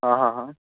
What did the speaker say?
आ हा हा